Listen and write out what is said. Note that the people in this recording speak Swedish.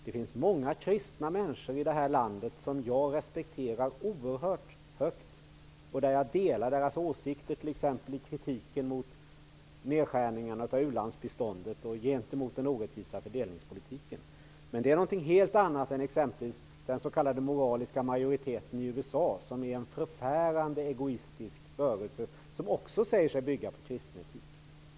Det finns många kristna människor i det här landet som jag respekterar oerhört högt. Jag delar deras åsikter, t.ex. i kritiken av nedskärningarna av ulandsbiståndet och gentemot den orättvisa fördelningspolitiken. Men det är något helt annat än exempelvis den s.k. moraliska majoriteten i USA, som är en förfärande egoistisk rörelse, vilken också säger sig bygga på kristen etik.